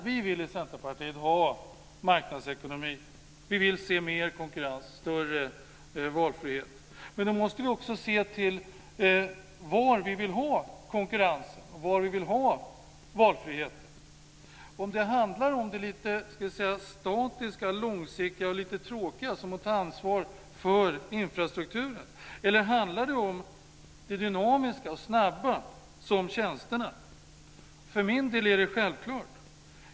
Vi vill i Centerpartiet ha marknadsekonomi. Vi vill se mer konkurrens och större valfrihet. Men då måste vi också se till var vi vill ha konkurrensen och var vi vill ha valfriheten. Handlar det om det statiska, långsiktiga och lite tråkiga som att ta ansvar för infrastrukturen, eller handlar det om det dynamiska och snabba, som tjänsterna? För min del är det självklart.